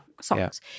songs